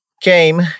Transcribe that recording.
came